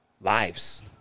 lives